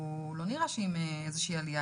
לא נראית בו איזושהי עלייה.